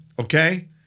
okay